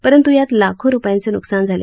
परंतु यात लाखो रुपयांचे न्कसान झाले